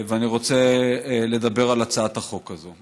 אני רוצה לדבר על הצעת החוק הזאת.